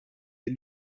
est